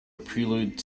prelude